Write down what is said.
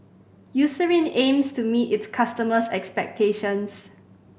Eucerin aims to meet its customers' expectations